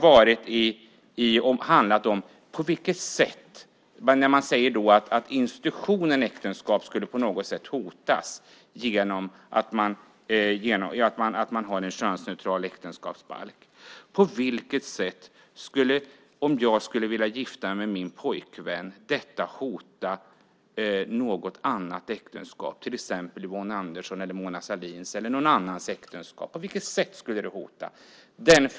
Man säger att institutionen äktenskap på något sätt skulle hotas om man har en könsneutral äktenskapsbalk. På vilket sätt skulle det hota något annat äktenskap, till exempel Yvonne Anderssons eller Mona Sahlins äktenskap, om jag skulle vilja gifta mig med min pojkvän?